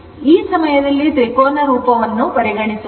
ಈ ಸಮಯದಲ್ಲಿ ತ್ರಿಕೋನ ತರಂಗರೂಪವನ್ನು ಪರಿಗಣಿಸೋಣ